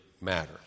matter